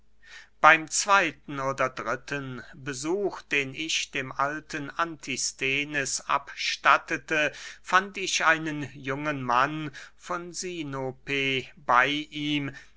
beym zweyten oder dritten besuch den ich dem alten antisthenes abstattete fand ich einen jungen mann von sinope bey ihm